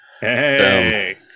Hey